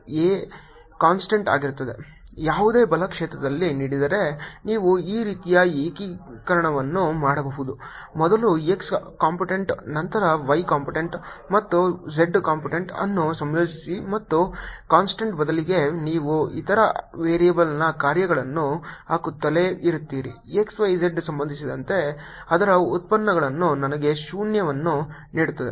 Vxyz x2yzf ∂V∂z x2y∂f∂z x2y dfdz0fconstant Vxyz x2yzconstant ಯಾವುದೇ ಬಲ ಕ್ಷೇತ್ರವನ್ನು ನೀಡಿದರೆ ನೀವು ಈ ರೀತಿಯ ಏಕೀಕರಣವನ್ನು ಮಾಡಬಹುದು ಮೊದಲು x ಕಂಪೋನೆಂಟ್ ನಂತರ y ಕಂಪೋನೆಂಟ್ ಮತ್ತು z ಕಂಪೋನೆಂಟ್ ಅನ್ನು ಸಂಯೋಜಿಸಿ ಮತ್ತು ಕಾನ್ಸ್ಟಂಟ್ ಬದಲಿಗೆ ನೀವು ಇತರ ವೇರಿಯಬಲ್ನ ಕಾರ್ಯಗಳನ್ನು ಹಾಕುತ್ತಲೇ ಇರುತ್ತೀರಿ x y z ಗೆ ಸಂಬಂಧಿಸಿದಂತೆ ಅದರ ಉತ್ಪನ್ನಗಳು ನನಗೆ ಶೂನ್ಯವನ್ನು ನೀಡುತ್ತದೆ